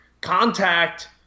Contact